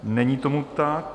Není tomu tak.